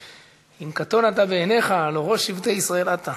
אם קטון אתה בעיניך, הלוא ראש שבטי ישראל אתה.